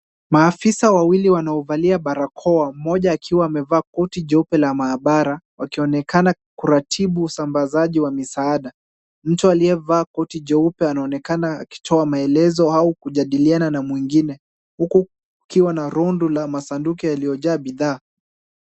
Maafisa wawili wanaovalia barakoa, mmoja akiwa amevaa koti jeupe la maabara, wakionekana kuratibu usambazaji wa misaada. Mtu aliyevaa koti jeupe anaonekana akitoa maelezo au kujadiliana na mwingine huku kukiwa na rundo la masanduku yaliyojaa bidhaa.